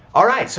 alright, so